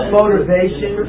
motivation